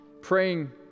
praying